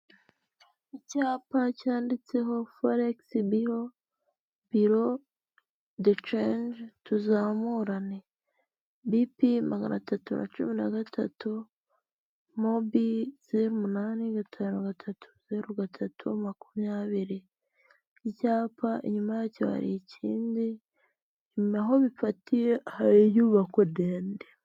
Icyapa cyanditseho foregisi biro biro do cenge tuzamurane, bipi magana atatu na cumi nagatatu, mobi zeru umunani, gatanu, gatatu, zeru, gatatu, makumyabiri byapa inyuma yacyo hari ikindi, inyuma aho bifatiye hari inyubako ndende.